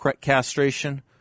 castration